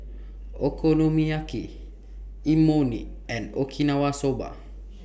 Okonomiyaki Imoni and Okinawa Soba